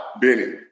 Benny